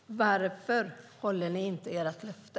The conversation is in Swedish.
Varför håller ni inte ert löfte?